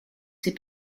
ses